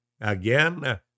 again